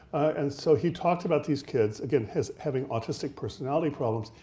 and so he talked about these kids, again, as having autistic personality problems.